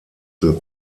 the